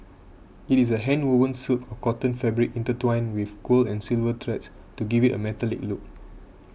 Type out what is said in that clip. it is a handwoven silk or cotton fabric intertwined with gold and silver threads to give it a metallic look